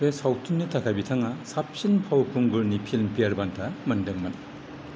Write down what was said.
बे सावथुननि थाखाय बिथाङा साबसिन फावखुंगुरनि फिल्मफेयार बान्था मोनदोंमोन